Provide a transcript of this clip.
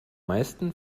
meisten